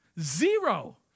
Zero